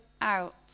out